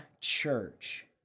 church